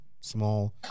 small